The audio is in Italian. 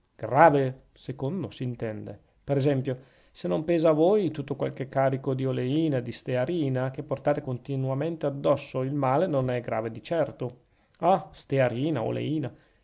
grave grave secondo s'intende per esempio se non pesa a voi tutto quel carico di oleina e di stearina che portate continuamente addosso il male non è grave di certo ah stearina oleina